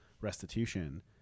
restitution